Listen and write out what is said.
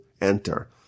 enter